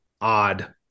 odd